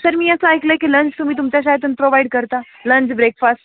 sir मी असं ऐकलं आहे की लंच तुम्ही तुमच्या शाळेतून प्रोव्हाईड करता लंच ब्रेकफास